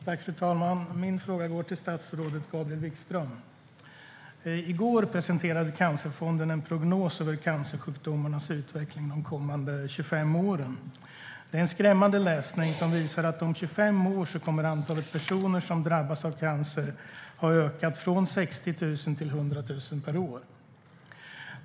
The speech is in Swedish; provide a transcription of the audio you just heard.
Fru talman! Min fråga går till statsrådet Gabriel Wikström. I går presenterade Cancerfonden en prognos över cancersjukdomarnas utveckling de kommande 25 åren. Det är en skrämmande läsning som visar att om 25 år kommer antalet personer som drabbas av cancer att ha ökat från 60 000 till 100 000 per år.